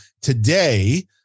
today